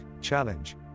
challenge